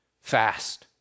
fast